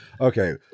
Okay